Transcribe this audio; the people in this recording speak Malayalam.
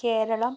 കേരളം